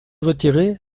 retiré